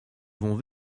vont